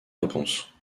réponse